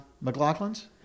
McLaughlin's